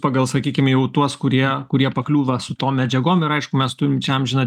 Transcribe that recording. pagal sakykim jau tuos kurie kurie pakliūva su tom medžiagom ir aišku mes turim čia amžiną